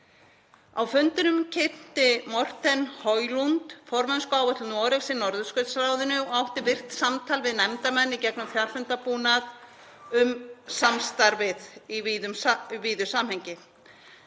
Á fundinum kynnti Morten Høglund formennskuáætlun Noregs í Norðurskautsráðinu og átti virkt samtal við nefndarmenn í gegnum fjarfundabúnað um samstarfið í víðu samhengi.